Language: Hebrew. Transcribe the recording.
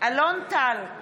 אלון טל,